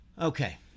Okay